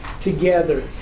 together